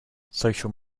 social